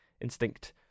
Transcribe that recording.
instinct